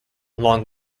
long